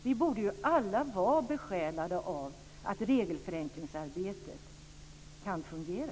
Vi borde ju alla vara besjälade av att regelförenklingsarbetet kan fungera.